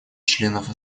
членов